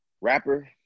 rapper